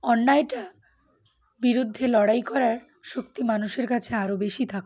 অন্যায়টা বিরুদ্ধে লড়াই করার শক্তি মানুষের কাছে আরও বেশি থাকে